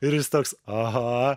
ir jis toks aha